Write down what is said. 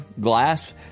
glass